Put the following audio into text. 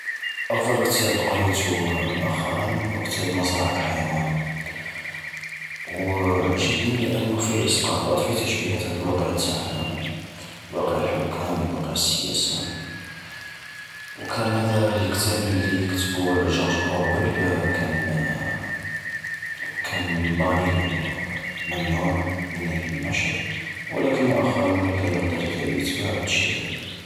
أفضل كتاب قريتو مؤخراً، هو كتاب مزرعة الحيوان. وعجبني لأنو فيه إسقاطات فيه تشبيهات على الواقع التاعنا، واقع الحكام، واقع السياسة. وكان هذا الكتاب من اللي كتبو جورج أورويل كان كان مبانينو ممنوع من النشر ولكن مؤخراً ولا يقدر يت-يتباع و تشريه.